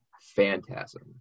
Phantasm